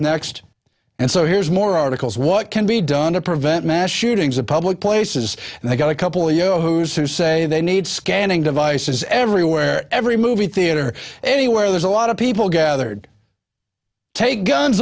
next and so here's more articles what can be done to prevent mass shootings of public places and i've got a couple of yahoos who say they need scanning devices everywhere every movie theater anywhere there's a lot of people gathered take guns